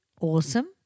Awesome